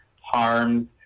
harms